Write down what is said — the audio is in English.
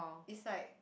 it's like